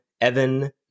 Evan